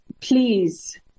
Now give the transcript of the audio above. Please